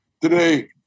Today